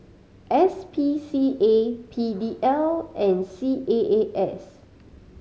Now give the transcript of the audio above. S P C A P D L and C A A S